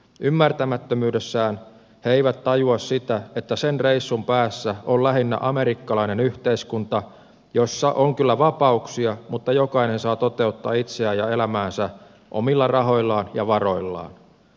ymmärtämättömyydessään he eivät tajua sitä että sen reissun päässä on lähinnä amerikkalainen yhteiskunta jossa on kyllä vapauksia mutta jossa jokainen saa toteuttaa itseään ja elämäänsä omilla rahoillaan ja varoillaan